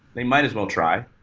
they might as well try.